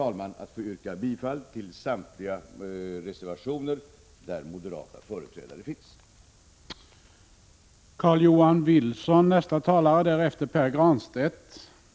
Jag ber att få yrka bifall till samtliga reservationer där moderata företrädare finns med.